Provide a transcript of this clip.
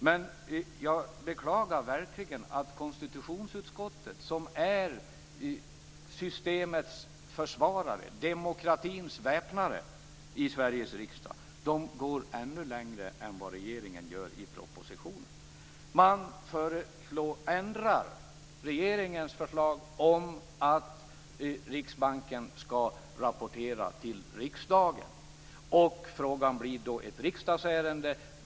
Jag beklagar verkligen att konstitutionsutskottet, som är systemets försvarare och demokratins väpnare i Sveriges riksdag, går ännu längre än vad regeringen gör i propositionen. Man föreslår ändringar i regeringens förslag om att Riksbanken skall rapportera till riksdagen. Frågan skulle enligt regeringens förslag ha blivit ett riksdagsärende.